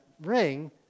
ring